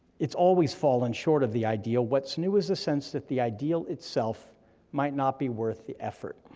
it's always fallen short of the ideal, what's new is a sense that the ideal itself might not be worth the effort.